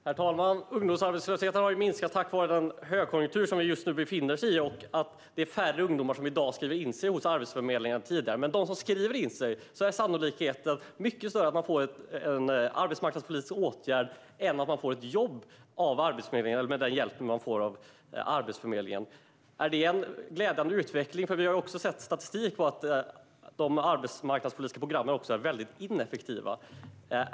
Herr talman! Ungdomsarbetslösheten har minskat tack vare den högkonjunktur som vi just nu befinner oss i och att det är färre ungdomar som i dag skriver in sig hos Arbetsförmedlingen än tidigare. Men när det gäller dem som skriver in sig är sannolikheten mycket större att de får en arbetsmarknadspolitisk åtgärd än att de får jobb med hjälp av Arbetsförmedlingen. Är det en glädjande utveckling? Vi har också sett statistik på att de arbetsmarknadspolitiska programmen är väldigt ineffektiva.